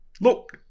Look